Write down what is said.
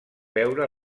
veure